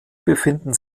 befinden